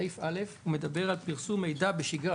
סעיף (א) מדבר על פרסום מידע בשגרה,